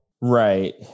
Right